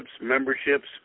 memberships